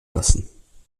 lassen